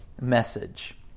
message